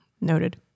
Noted